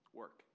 work